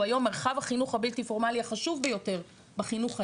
שהוא היום מרחב החינוך הבלתי פורמלי החשוב ביותר בחינוך היהודי,